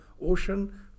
ocean